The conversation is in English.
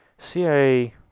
CIA